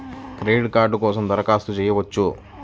Credit card కోసం దరఖాస్తు చేయవచ్చా?